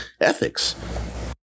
ethics